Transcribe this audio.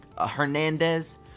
Hernandez